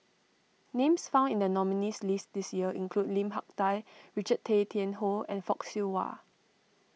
names found in the nominees' list this year include Lim Hak Tai Richard Tay Tian Hoe and Fock Siew Wah